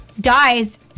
dies